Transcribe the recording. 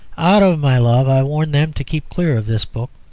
out of my love i warn them to keep clear of this book.